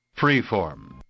Freeform